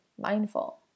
mindful